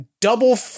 double